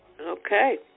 Okay